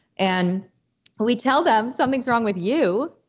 and we tell them, something's wrong with you,